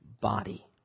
body